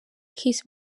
his